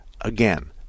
again